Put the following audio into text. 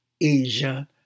Asia